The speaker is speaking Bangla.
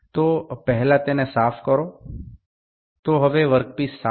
সুতরাং প্রথমে পরিষ্কার করা যাক